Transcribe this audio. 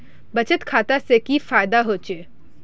बचत खाता से की फायदा होचे?